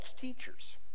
teachers